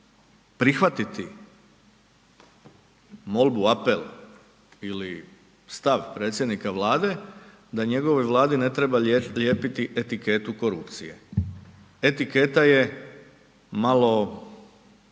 prihvatiti molbu, apel ili stav predsjednik Vlade da njegovoj Vladi ne treba lijepiti etiketu korupcije. Etiketa je malo